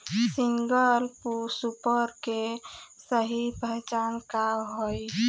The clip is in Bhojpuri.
सिंगल सुपर के सही पहचान का हई?